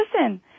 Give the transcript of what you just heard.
listen